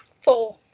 four